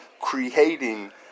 creating